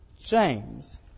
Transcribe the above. James